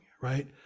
right